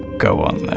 go on then,